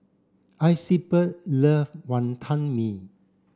Isabelle love Wonton Mee